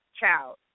child